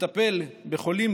לטפל בחולים,